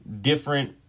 different